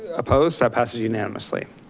opposed, that passes unanimously.